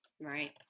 Right